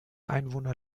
einwohner